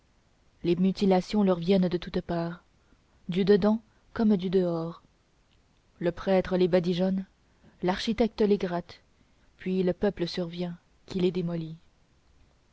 les mutilations leur viennent de toutes parts du dedans comme du dehors le prêtre les badigeonne l'architecte les gratte puis le peuple survient qui les démolit